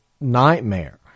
nightmare